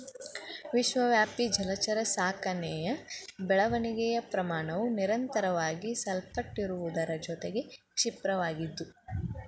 ವಿಶ್ವವ್ಯಾಪಿ ಜಲಚರ ಸಾಕಣೆಯ ಬೆಳವಣಿಗೆಯ ಪ್ರಮಾಣವು ನಿರಂತರವಾಗಿ ಸಲ್ಪಟ್ಟಿರುವುದರ ಜೊತೆಗೆ ಕ್ಷಿಪ್ರವಾಗಿದ್ದು